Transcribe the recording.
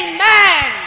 Amen